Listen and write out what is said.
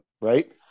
right